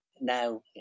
now